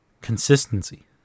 consistency